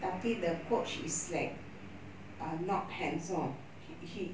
tapi the coach is like uh not hands on he he